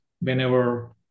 whenever